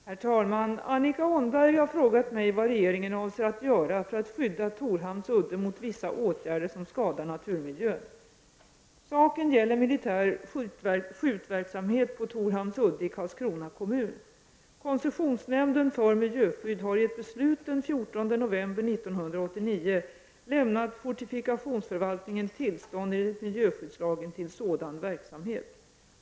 Herr talman! Annika Åhnberg har frågat mig vad regeringen avser att göra för att skydda Torhamns udde mot vissa åtgärder som skadar naturmiljön. Saken gäller militär skjutverksamhet på Torhamns udde i Karlskrona kommun. Koncessionsnämnden för miljöskydd har i ett beslut den 14 november 1989 lämnat fortifikationsförvaltningen tillstånd enligt miljöskyddslagen till sådan verksamhet.